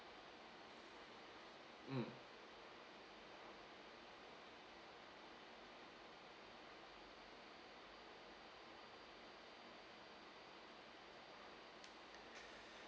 mm